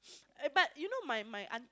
but you know my my aunt